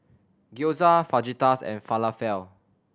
Gyoza Fajitas and Falafel